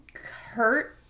hurt